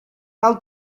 tal